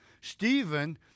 Stephen